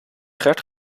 gert